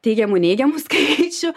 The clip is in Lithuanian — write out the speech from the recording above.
teigiamų neigiamų skaičių